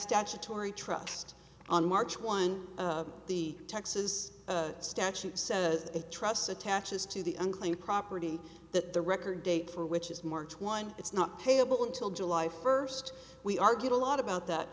statutory trust on march one of the texas statute says a trust attaches to the unclaimed property that the record date for which is march one it's not payable until july first we argued a lot about that